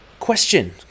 question